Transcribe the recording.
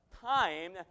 time